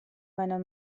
meiner